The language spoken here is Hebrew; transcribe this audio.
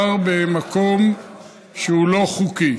משום שהוא גר במקום שהוא לא חוקי.